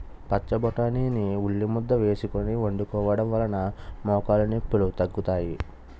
పచ్చబొటాని ని ఉల్లిముద్ద వేసుకొని వండుకోవడం వలన మోకాలు నొప్పిలు తగ్గుతాయి